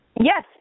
Yes